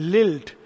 Lilt